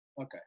Okay